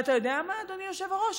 אתה יודע מה, אדוני היושב-ראש?